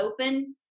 open